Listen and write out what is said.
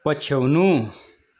पछ्याउनु